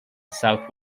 south